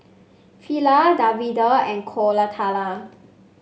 Fali Davinder and Koratala